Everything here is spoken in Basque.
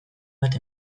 bat